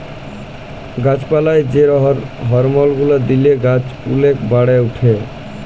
গাছ পালায় যে হরমল গুলা দিলে গাছ ওলেক বাড়ে উঠে